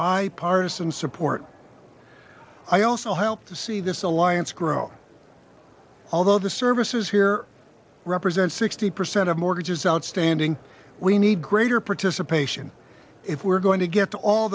bipartisan support i also help to see this alliance grow although the services here represent sixty percent of mortgages outstanding we need greater participation if we're going to get